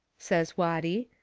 says watty,